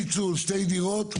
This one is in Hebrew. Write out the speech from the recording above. יש פיצול שתי דירות.